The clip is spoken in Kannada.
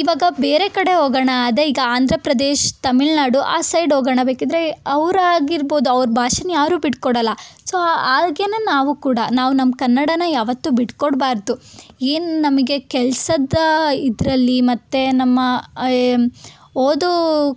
ಇವಾಗ ಬೇರೆ ಕಡೆ ಹೋಗೋಣ ಅದೇ ಈಗ ಆಂಧ್ರ ಪ್ರದೇಶ್ ತಮಿಳ್ ನಾಡು ಆ ಸೈಡ್ ಹೋಗೋಣ ಬೇಕಿದ್ದರೆ ಅವ್ರು ಆಗಿರ್ಬೋದು ಅವ್ರ ಭಾಷೆನ ಯಾರೂ ಬಿಟ್ಕೊಡಲ್ಲ ಸೊ ಹಾಗೆನೇ ನಾವು ಕೂಡ ನಾವು ನಮ್ಮ ಕನ್ನಡನ ಯಾವತ್ತೂ ಬಿಟ್ಟುಕೊಡ್ಬಾರ್ದು ಏನು ನಮಗೆ ಕೆಲಸದ ಇದರಲ್ಲಿ ಮತ್ತು ನಮ್ಮ ಓದೋ